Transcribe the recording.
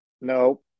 no